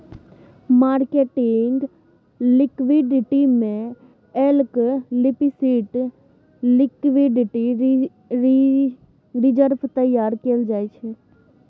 marketing liquidity में explicit liquidity reserve तैयार कएल जाइ छै